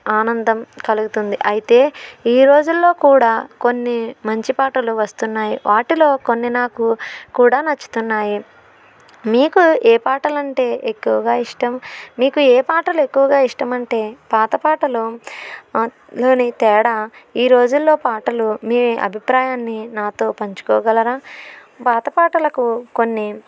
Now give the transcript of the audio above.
ఆనందం కలుగుతుంది అయితే ఈ రోజుల్లో కూడా కొన్ని మంచి పాటలు వస్తున్నాయి వాటిలో కొన్ని నాకు కూడా నచ్చుతున్నాయి మీకు ఏ పాటలు అంటే ఎక్కువగా ఇష్టం మీకు ఏ పాటలు ఎక్కువగా ఇష్టమంటే పాత పాటలు లోని తేడా ఈ రోజుల్లో పాటలు మీ అభిప్రాయాన్ని నాతో పంచుకోగలరా పాతపాటలకు కొన్ని